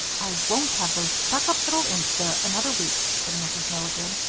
i won't have those stuck-up little imps there another week, said mrs. milligan.